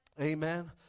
Amen